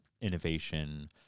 innovation